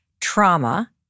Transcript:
trauma